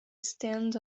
stand